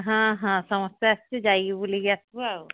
ହଁ ହଁ ସମସ୍ତେ ଆସିଛୁ ଯାଇକି ବୁଲିକି ଆସିବୁ ଆଉ